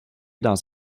dans